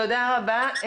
תודה רבה.